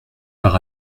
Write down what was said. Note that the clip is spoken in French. par